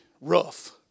rough